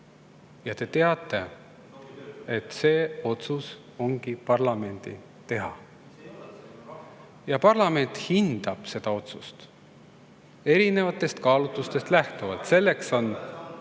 ja te teate, et see otsus ongi parlamendi teha. Parlament hindab seda otsust erinevatest kaalutlustest lähtuvalt. Selleks on